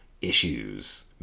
issues